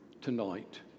tonight